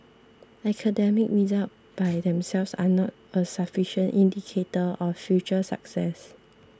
academic results by themselves are not a sufficient indicator of future success